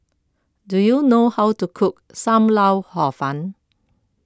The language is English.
do you know how to cook Sam Lau Hor Fun